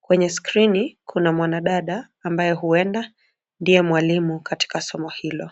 kwenye skrini kuna mwanadada ambaye huenda ndiye mwalimu katika somo hilo.